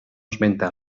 esmenta